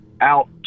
out